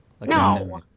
No